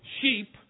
sheep